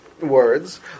words